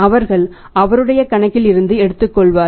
அவர்கள் அவருடைய கணக்கில் இருந்து எடுத்துக் கொள்வார்கள்